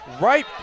right